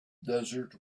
desert